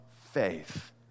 faith